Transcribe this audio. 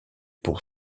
pour